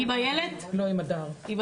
כן.